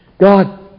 God